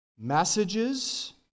messages